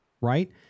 right